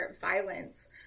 violence